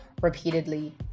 Repeatedly